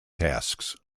tasks